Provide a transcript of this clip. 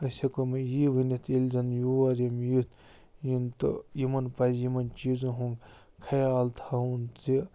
أسۍ ہٮ۪کو وۅنۍ یی ؤنِتھ ییٚلہِ زن یور یِم یِتھ یِنۍ تہٕ یِمن پِزِ یِمن چیٖزن ہُنٛد خیال تھاوُن زِ